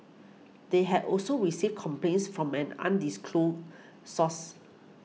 they had also received complaints from an undisclosed source